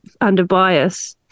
under-bias